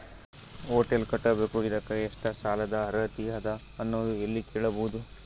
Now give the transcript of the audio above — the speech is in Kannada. ಹೊಟೆಲ್ ಕಟ್ಟಬೇಕು ಇದಕ್ಕ ಎಷ್ಟ ಸಾಲಾದ ಅರ್ಹತಿ ಅದ ಅನ್ನೋದು ಎಲ್ಲಿ ಕೇಳಬಹುದು?